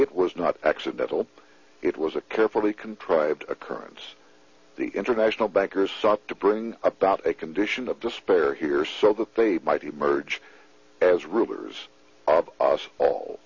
it was not accidental it was a carefully contrived occurrence the international bankers sought to bring about a condition of despair here so quickly might emerge as rulers of us all